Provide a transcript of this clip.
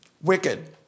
Wicked